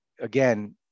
again